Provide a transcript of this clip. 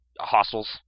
Hostels